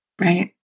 right